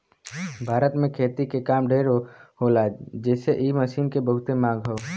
भारत में खेती के काम ढेर होला जेसे इ मशीन के बहुते मांग हौ